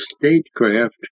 statecraft